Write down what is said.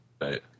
right